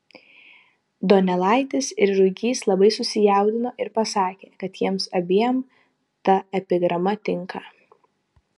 donelaitis ir ruigys labai susijaudino ir pasakė kad jiems abiem ta epigrama tinka